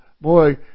boy